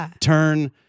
turn